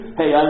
hey